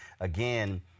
again